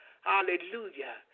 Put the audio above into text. Hallelujah